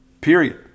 Period